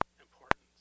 importance